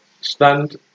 stand